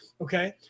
okay